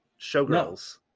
Showgirls